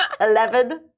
Eleven